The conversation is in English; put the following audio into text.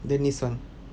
the nice one